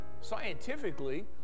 scientifically